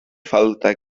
falta